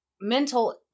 mental